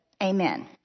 Amen